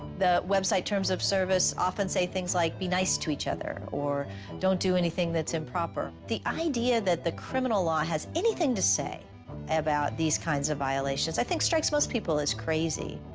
the website terms of service often say things like be nice to each other or dont do anything that's improper. the idea that criminal law has anything to say about these kinds of violations i think strikes most people as crazy.